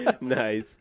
nice